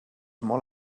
molt